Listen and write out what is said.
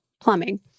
plumbing